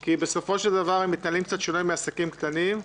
כי הם מתנהלים קצת שונה מעסקים קטנים.